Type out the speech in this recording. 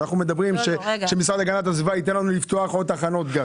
ואנחנו מדברים שהמשרד להגנת הסביבה ייתן לנו לפתוח עוד תחנות גז,